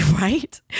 Right